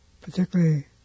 particularly